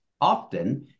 Often